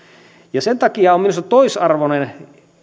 ja sen takia on minusta toisarvoinen